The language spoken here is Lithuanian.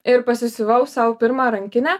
ir pasisiuvau sau pirmą rankinę